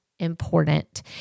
important